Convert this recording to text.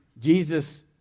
Jesus